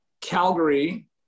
Calgary